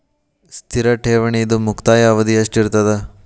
ಸ್ಥಿರ ಠೇವಣಿದು ಮುಕ್ತಾಯ ಅವಧಿ ಎಷ್ಟಿರತದ?